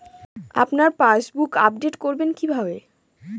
আপনার passbook update করবেন কিভাবে?